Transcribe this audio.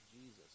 Jesus